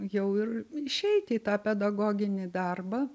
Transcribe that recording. jau ir išeiti į tą pedagoginį darbą